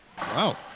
Wow